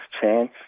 chance